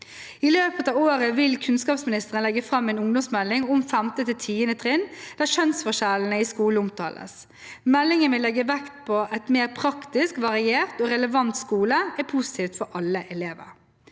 I løpet av året vil kunnskapsministeren legge fram en ungdomsmelding om 5.–10. trinn der kjønnsforskjellene i skolen omtales. Meldingen vil legge vekt på at en mer praktisk, variert og relevant skole er positivt for alle elever.